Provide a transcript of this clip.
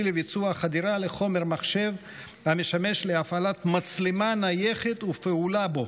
לביצוע חדירה לחומר מחשב המשמש להפעלת מצלמה נייחת ופעולה בו